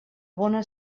bona